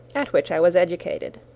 at which i was educated.